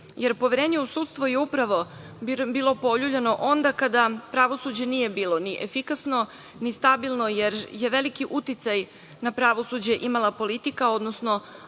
jer poverenje u sudstvo je upravo bilo poljuljano onda kada pravosuđe nije bilo ni efikasno, ni stabilno, jer je veliki uticaj na pravosuđe imala politika, odnosno